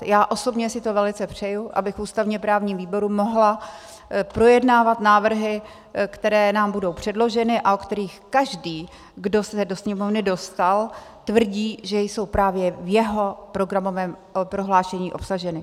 Já osobně si to velice přeji, abych v ústavněprávním výboru mohla projednávat návrhy, které nám budou předloženy a o kterých každý, kdo se do Sněmovny dostal, tvrdí, že jsou právě v jeho programovém prohlášení obsaženy.